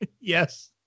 Yes